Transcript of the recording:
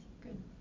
Good